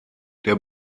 der